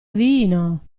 vino